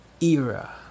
era